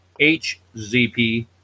HZP